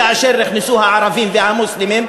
כשנכנסו הערבים והמוסלמים,